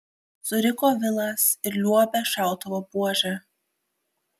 suriko vilas ir liuobė šautuvo buože